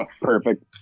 Perfect